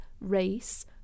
race